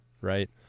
right